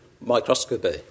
microscopy